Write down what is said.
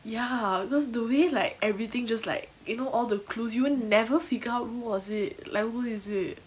ya because the way like everything just like you know all the clues you will never figure out who was it like who is it